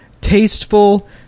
tasteful